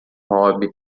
robe